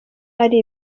ari